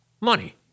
money